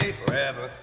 forever